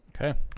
okay